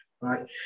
Right